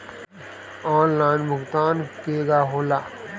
Online भुगतान केगा होला?